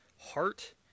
heart